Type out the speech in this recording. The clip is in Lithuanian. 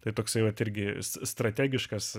tai toksai vat irgi strategiškas